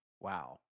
wow